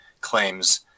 claims